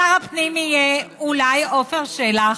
שר הפנים יהיה אולי עפר שלח,